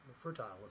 fertile